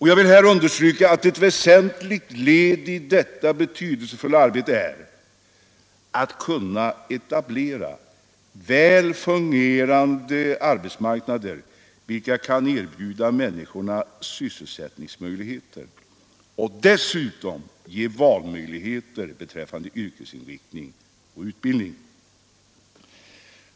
Jag vill här understryka att ett väsentligt led i detta betydelsefulla arbete är att etablera väl fungerande arbetsmarknader, som kan erbjuda människorna sysselsättningsmöjligheter och dessutom ge valmöjligheter beträffande yrkesinriktning och utbildning.